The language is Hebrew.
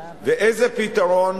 ואיזה פתרון?